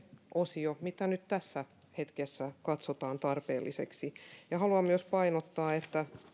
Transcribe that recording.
osion mikä nyt tässä hetkessä kat sotaan tarpeelliseksi haluan myös painottaa että